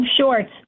shorts